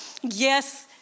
yes